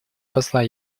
посла